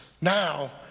now